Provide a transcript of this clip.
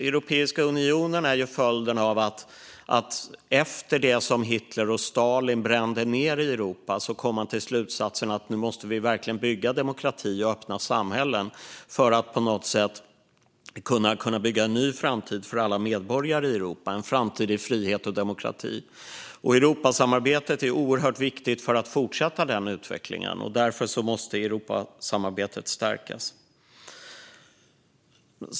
Europeiska unionen är följden av att man efter det som Hitler och Stalin brände ned i Europa kom till slutsatsen att nu måste vi verkligen bygga demokrati, öppna samhällen och en ny framtid i frihet och demokrati för alla medborgare i Europa. Europasamarbetet är oerhört viktigt för att fortsätta den utvecklingen, och därför måste Europasamarbetet stärkas.